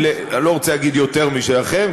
אני לא רוצה להגיד שיותר משלכם,